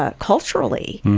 ah culturally,